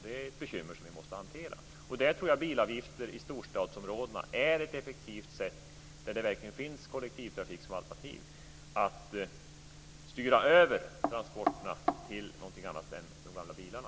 Det är ett bekymmer som vi måste hantera. Där tror jag att bilavgifter i storstadsområdena, där finns det verkligen kollektivtrafik som alternativ, är ett effektivt sätt för att styra över transporterna till något annat än de gamla bilarna.